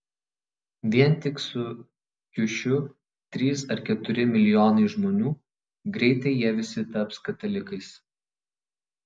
vien tik su kiušiu trys ar keturi milijonai žmonių greitai jie visi taps katalikais